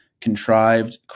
contrived